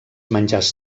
menjars